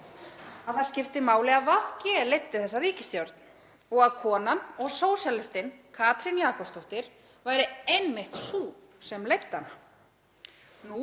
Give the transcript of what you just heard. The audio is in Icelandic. að það skipti máli að VG leiddi þessa ríkisstjórn og að konan, sósíalistinn Katrín Jakobsdóttir, væri einmitt sú sem leiddi hana.